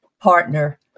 partner